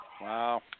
Wow